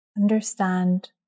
understand